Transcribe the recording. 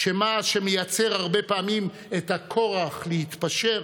שמה שמייצר הרבה פעמים את הכורח להתפשר,